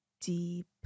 deep